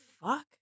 fuck